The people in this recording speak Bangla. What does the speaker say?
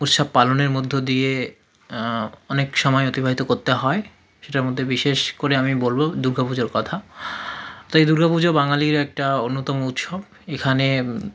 উৎসব পালনের মধ্য দিয়ে অনেক সময় অতিবাহিত করতে হয় সেটার মধ্যে বিশেষ করে আমি বলবো দুর্গা পূজার কথা তা এই দুর্গাপুজো বাঙালীর একটা অন্যতম উৎসব এখানে